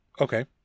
okay